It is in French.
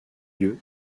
lieu